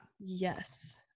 Yes